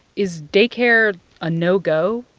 is day care a no-go?